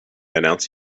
announce